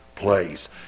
place